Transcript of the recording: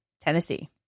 Tennessee